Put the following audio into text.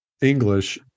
english